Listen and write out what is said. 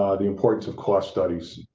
um the importance of cost studies,